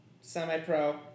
semi-pro